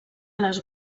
les